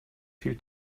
viel